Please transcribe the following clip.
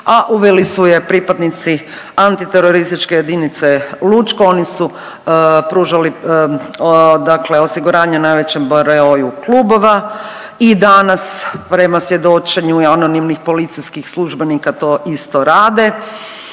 a uveli su je pripadnici Antiterorističke jedinice Lučko, oni su pružali osiguranje najvećem broju klubova i danas prema svjedočenju anonimnih policijskih službenika to isto rade.